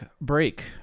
break